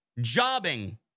jobbing